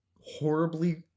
horribly